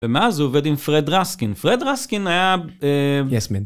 ומאז הוא עובד עם פרד רסקין, פרד רסקין היה... אהה... יסמן.